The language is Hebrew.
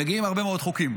מגיעים הרבה מאוד חוקים,